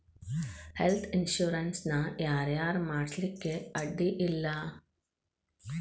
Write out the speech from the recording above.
Health insurance ನ ಯಾರ್ ಯಾರ್ ಮಾಡ್ಸ್ಲಿಕ್ಕೆ ಅಡ್ಡಿ ಇಲ್ಲಾ?